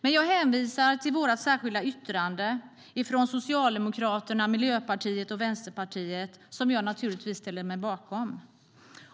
Men jag hänvisar till vårt särskilda yttrande ifrån Socialdemokraterna, Miljöpartiet och Vänsterpartiet, som jag naturligtvis ställer mig bakom.